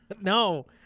no